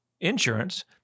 insurance